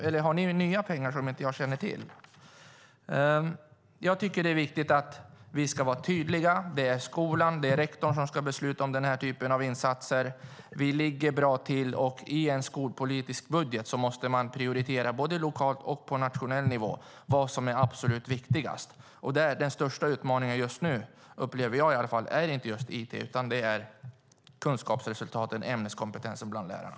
Eller har ni nya pengar som jag inte känner till? Jag tycker att det är viktigt att vi är tydliga. Det är skolan och rektorn som ska besluta om den här typen av insatser. Vi ligger bra till, och i en skolpolitisk budget måste man både lokalt och på nationell nivå prioritera vad som är absolut viktigast. Där är den största utmaningen nu, upplever i alla fall jag, inte just it utan kunskapsresultaten och ämneskompetensen bland lärarna.